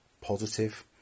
Positive